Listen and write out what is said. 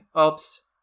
Oops